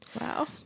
Wow